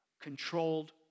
controlled